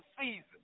season